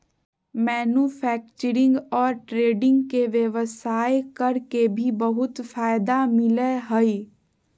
manufacturing और trading के व्यवसाय कर के भी बहुत फायदा मिलय हइ